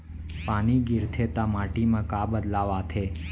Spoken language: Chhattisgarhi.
पानी गिरथे ता माटी मा का बदलाव आथे?